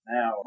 Now